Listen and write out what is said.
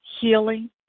healing